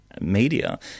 media